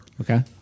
Okay